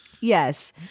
Yes